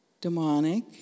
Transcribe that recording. demonic